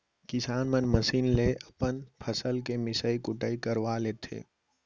किसान मन मसीन ले अपन फसल के मिसई कुटई करवा लेथें